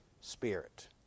Spirit